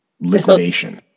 liquidation